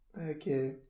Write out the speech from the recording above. Okay